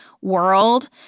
world